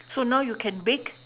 so now you can bake